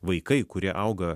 vaikai kurie auga